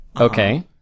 Okay